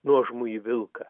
nuožmųjį vilką